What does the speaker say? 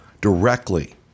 directly